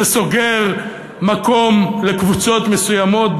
שסוגר מקום לקבוצת מסוימות.